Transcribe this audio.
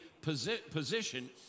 position